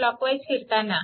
clockwise फिरताना